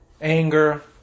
anger